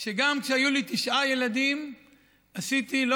שגם כשהיו לי תשעה ילדים עשיתי לא